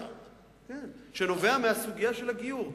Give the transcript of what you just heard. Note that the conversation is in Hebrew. שנובע מסוגיית הגיור,